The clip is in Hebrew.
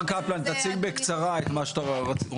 אוקיי מר קפלן, אז תציג בקצרה את מה שאתה רוצה.